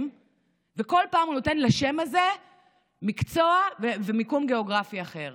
וכל פעם הוא נותן לשם הזה מקצוע ומיקום גיאוגרפי אחר: